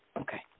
Okay